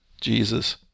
Jesus